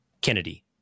Kennedy